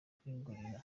kwigurira